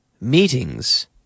meetings